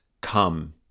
come